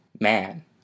man